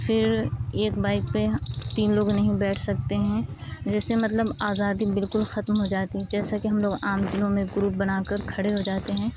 پھر ایک بائک پہ تین لوگ نہیں بیٹھ سکتے ہیں جیسے مطلب آزادی بالکل ختم ہو جاتی جیسا کہ ہم لوگ عام دنوں میں گروپ بنا کر کھڑے ہو جاتے ہیں